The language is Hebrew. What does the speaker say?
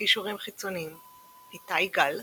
קישורים חיצוניים איתי גל,